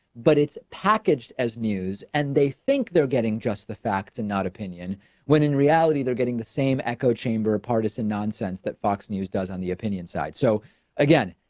but it's packaged as news and they think they're getting just the facts and not opinion when in they're getting the same echo chamber, a partisan nonsense that fox news does on the opinion side. so again,